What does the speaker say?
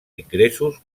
ingressos